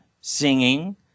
singing